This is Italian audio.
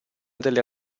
delle